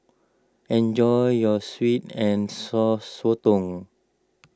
enjoy your Sweet and Sour Sotong